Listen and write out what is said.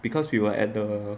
because we were at the